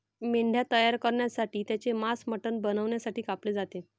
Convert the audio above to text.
मेंढ्या तयार करण्यासाठी त्यांचे मांस मटण बनवण्यासाठी कापले जाते